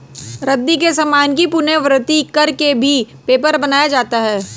रद्दी के सामान की पुनरावृति कर के भी पेपर बनाया जाता है